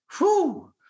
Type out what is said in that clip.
whoo